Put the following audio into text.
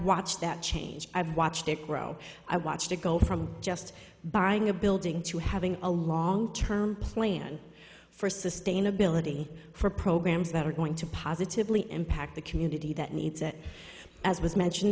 watched that change i've watched it grow i watched it go from just buying a building to having a long term plan for sustainability for programs that are going to positively impact the community that needs it as was mentioned